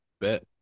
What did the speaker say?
bet